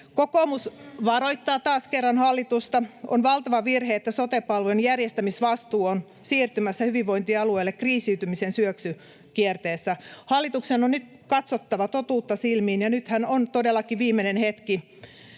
Kokoomus varoittaa taas kerran hallitusta. On valtava virhe, että sote-palvelujen järjestämisvastuu on siirtymässä hyvinvointialueille kriisiytymisen syöksykierteessä. Hallituksen on nyt katsottava totuutta silmiin, ja nythän on todellakin viimeinen hetki